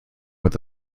with